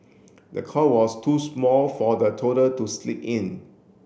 the cot was too small for the toddler to sleep in